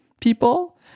people